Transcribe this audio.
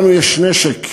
לנו יש נשק,